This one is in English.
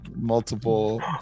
multiple